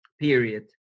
period